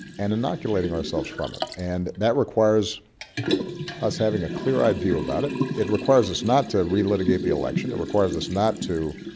and inoculating ourselves from it. and that requires us having a clear-eyed view about it. it requires us not to relitigate the election. it requires us not to